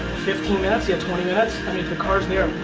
fifteen minutes, you have twenty minutes? i mean if the car's there,